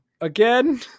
Again